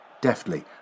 Deftly